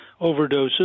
overdoses